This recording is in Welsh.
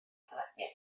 teledu